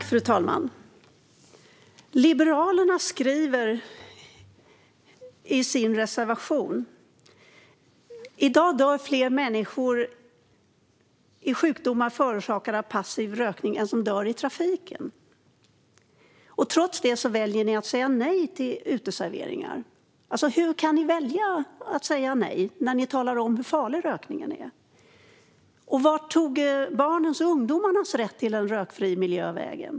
Fru talman! I sin reservation skriver Liberalerna: I dag dör fler människor i sjukdomar förorsakade av passiv rökning än som dör i trafiken. Trots det väljer ni att säga nej till rökning på uteserveringar. Hur kan ni välja att säga nej när ni talar om hur farlig rökningen är? Vart tog barnens och ungdomarnas rätt till en rökfri miljö vägen?